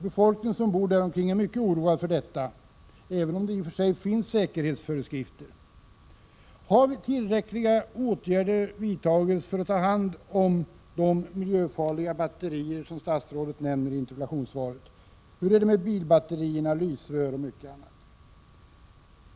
Befolkningen som bor i närheten av SAKAB är mycket oroad, även om det i och för sig finns säkerhetsföreskrifter. Har tillräckliga åtgärder vidtagits för att ta hand om de miljöfarliga batterierna, som statsrådet nämner i interpellationssvaret? Hur är det med bilbatterier, lysrör och annat?